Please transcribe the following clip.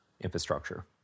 infrastructure